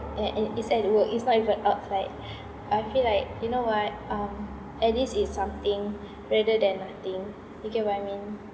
and it it's at work it's not even outside I feel like you know what (um)at least it's something rather than nothing you get what I mean